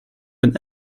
been